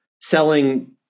selling